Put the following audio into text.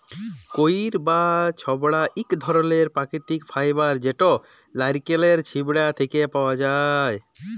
কইর বা ছবড়া ইক ধরলের পাকিতিক ফাইবার যেট লাইড়কেলের ছিবড়া থ্যাকে পাউয়া যায়